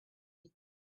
and